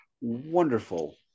wonderful